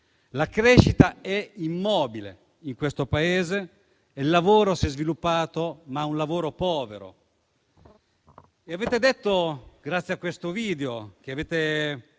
la crescita è immobile in questo Paese, il lavoro si è sviluppato, ma è un lavoro povero.